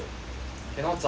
cannot 着急 [one]